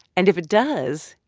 and if it does,